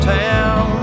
town